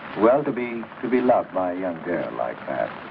well to be to be loved by yeah and and like.